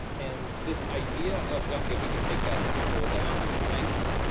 and this idea of ok, we can take that poll down, thanks.